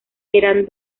eran